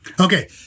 Okay